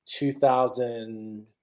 2000